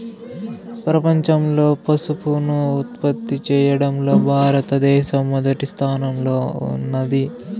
ప్రపంచంలో పసుపును ఉత్పత్తి చేయడంలో భారత దేశం మొదటి స్థానంలో ఉన్నాది